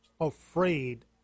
afraid